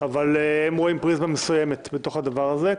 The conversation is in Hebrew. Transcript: אבל הם רואים פריזמה מסוימת בתוך הדבר הזה.